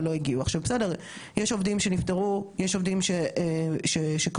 יש עובדים שקרו דברים שבאמת הכסף הזה לא ילך לשום מקום,